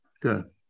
good